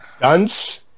Dunce